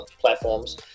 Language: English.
platforms